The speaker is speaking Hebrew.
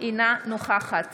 אינה נוכחת